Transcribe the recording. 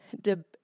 De